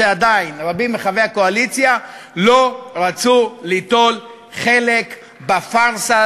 רבים מחברי הקואליציה לא רצו ליטול חלק בפארסה